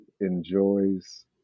enjoys